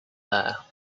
here